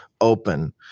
open